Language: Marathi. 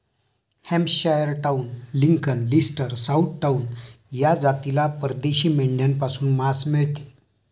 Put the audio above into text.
Hampshire Down, Lincoln, Leicester, Southdown या जातीला परदेशी मेंढ्यांपासून मांस मिळते